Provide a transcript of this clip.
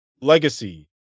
legacy